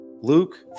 Luke